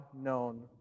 known